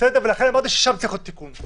ולכן אמרתי ששם צריך להיות תיקון.